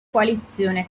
coalizione